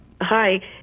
Hi